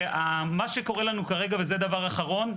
ומה מה שקורה לנו כרגע, וזה דבר האחרון,